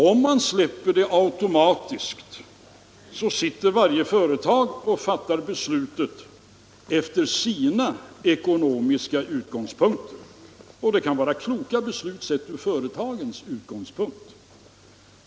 Om man generellt släpper investeringsfonderna fria fattar varje företag beslut utifrån sina ekonomiska utgångspunkter. Och det kan vara kloka beslut, sedda ur företagens synvinkel.